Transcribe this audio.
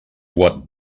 what